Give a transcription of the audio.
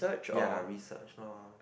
ya research lor